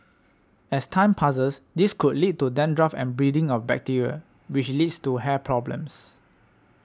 as time passes this could lead to dandruff and breeding of bacteria which leads to hair problems